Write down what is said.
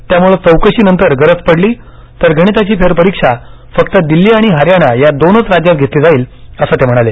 त्यामुळे चौकशी नंतर गरज पडली तर गणिताची फेरपरीक्षा फक्त दिल्ली आणि हरियाना या दोनच राज्यात घेतली जाईल बसं ते म्हणाले